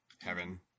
Heaven